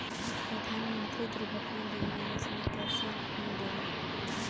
प्रधानमंत्री दुर्घटना बीमा योजना कैसे मिलेला?